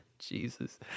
Jesus